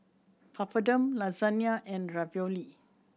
Papadum Lasagna and Ravioli